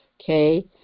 okay